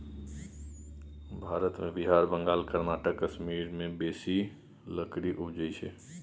भारत मे बिहार, बंगाल, कर्नाटक, कश्मीर मे बेसी लकड़ी उपजइ छै